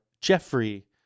Jeffrey